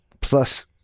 Plus